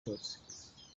cyose